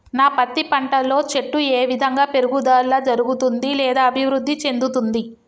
నా పత్తి పంట లో చెట్టు ఏ విధంగా పెరుగుదల జరుగుతుంది లేదా అభివృద్ధి చెందుతుంది?